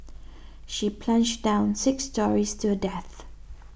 she plunged down six storeys to her death